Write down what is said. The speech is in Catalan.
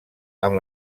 amb